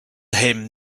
him